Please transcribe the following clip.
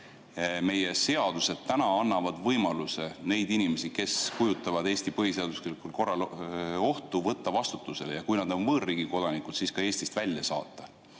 meie seadused annavad võimaluse neid inimesi, kes kujutavad Eesti põhiseaduslikule korrale ohtu, võtta vastutusele, ja kui nad on võõrriigi kodanikud, siis ka Eestist välja saata.